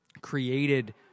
created